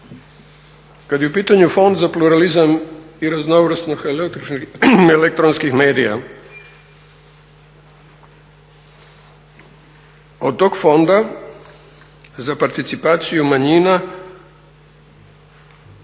Kad je u pitanju Fond za pluralizam i raznovrsnost elektronskih medija, od tog fonda za participaciju manjina